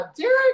Derek